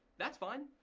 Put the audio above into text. that's fine.